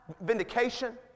vindication